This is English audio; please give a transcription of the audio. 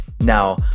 Now